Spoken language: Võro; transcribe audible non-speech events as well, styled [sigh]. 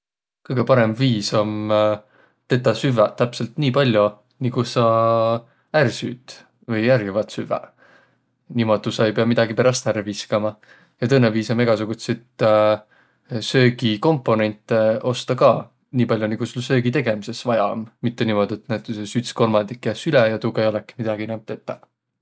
Kõgõ parõmb viis om tetäq süvväq täpselt niipall'o, nigu sa ärq süüt vai ärq jõvvat süvväq. Niimoodu sa ei piäq peräst midägi ärq viskama. Ja tõõnõ viis om egäsugutsit [hesitation] söögikomponente ostaq ka niipall'o, nigu sul söögi tegemises vaia om, mitte niimoodu, et näütüses üts kolmandik jääs üle ja tuuga ei olõki inämb midägi tetäq.